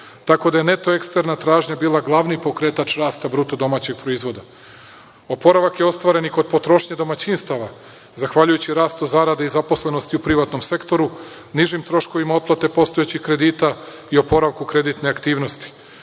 tako da je neto eksterna tražnja bila glavni pokretač rasta bruto domaćeg proizvoda. Oporavak je ostvaren i kod potrošnje domaćinstava zahvaljujući rastu zarada i zaposlenosti u privatnom sektoru, nižim troškovima otplate postojećih kredita i oporavku kreditne aktivnosti.